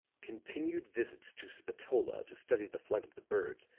continued visits to spatola to study the flight of the birds,